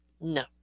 No